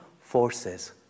forces